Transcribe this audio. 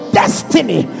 destiny